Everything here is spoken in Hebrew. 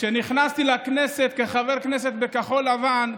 כשנכנסתי לכנסת כחבר כנסת בכחול לבן,